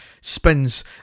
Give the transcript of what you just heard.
spins